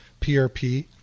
PRP